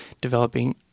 developing